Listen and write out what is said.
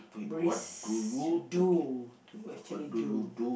brisk you do you actually do